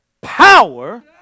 Power